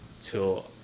till